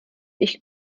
ich